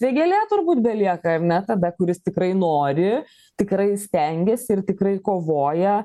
vėgėlė turbūt belieka ar ne tada kuris tikrai nori tikrai stengiasi ir tikrai kovoja